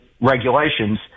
regulations